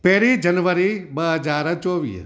पहिरीं जनवरी ॿ हज़ार चोवीह